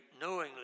knowingly